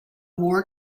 war